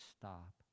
stop